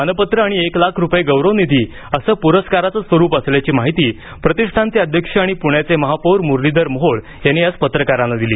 मानपत्र आणि एक लाख रुपये गौरवनिधी असं पुरस्काराचं स्वरूप असल्याची माहिती प्रतिष्ठानचे अध्यक्ष आणि पुण्याचे महापौर मुरलीधर मोहोळ यांनी आज पत्रकारांना दिली